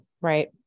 Right